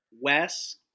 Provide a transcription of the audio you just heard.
Wes